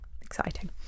Exciting